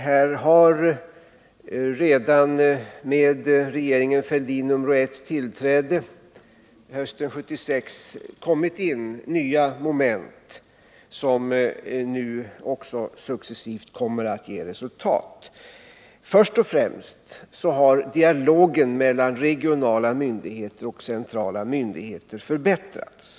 Här har redan med regeringen Fälldin nr 1:s tillträde hösten 1976 kommit till nya moment som nu också successivt ger resultat. Först och främst har dialogen mellan regionala och centrala myndigheter förbättrats.